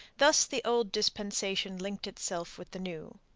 thus the old dispensation linked itself with the new.